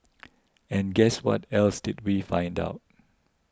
and guess what else did we find out